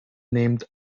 named